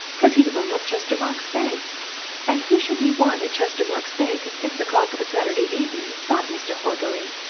cause he'd rung up chestermarke's bank and who should he want at chestermarke's bank at six o'clock of a saturday evening but mr. horbury?